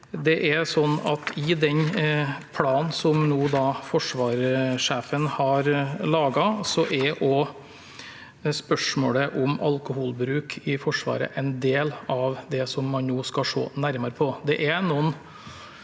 I den planen som forsvarssjefen har laget, er også spørsmålet om alkoholbruk i Forsvaret en del av det som man nå skal se nærmere på.